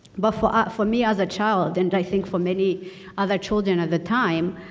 but for ah for me as a child and i think for many other children at the time.